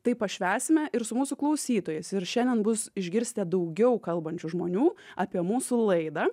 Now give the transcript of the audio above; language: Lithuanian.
taip pašvęsime ir su mūsų klausytojais ir šiandien bus išgirsite daugiau kalbančių žmonių apie mūsų laidą